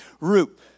root